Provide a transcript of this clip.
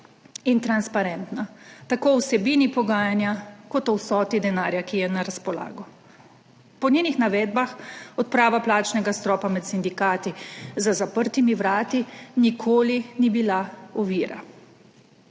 in transparentna, tako o vsebini pogajanja, kot o vsoti denarja, ki je na razpolago. Po njenih navedbah odprava plačnega stropa med sindikati za zaprtimi vrati nikoli ni bila ovira.